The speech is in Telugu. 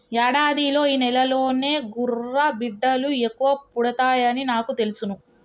యాడాదిలో ఈ నెలలోనే గుర్రబిడ్డలు ఎక్కువ పుడతాయని నాకు తెలుసును